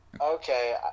Okay